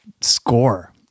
score